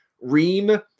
Reem